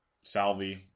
Salvi